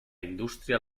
industria